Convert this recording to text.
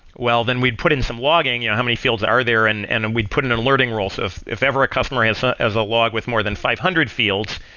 well, then we'd put in some logging, you know how many fields are there, and and and we'd put in in alerting rules of if ever a customer has ah has a log with more than five hundred fields,